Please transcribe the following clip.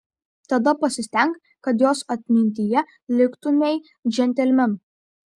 tada pasistenk kad jos atmintyje liktumei džentelmenu